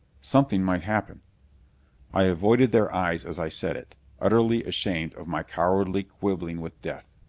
something might happen i avoided their eyes as i said it, utterly ashamed of my cowardly quibbling with death.